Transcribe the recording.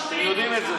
אתם יודעים את זה.